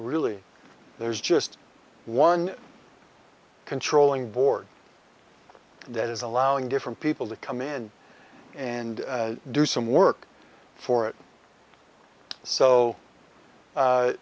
really there's just one controlling board that is allowing different people to come in and do some work for it so